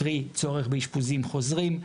קרי צורך באשפוזים חוזרים,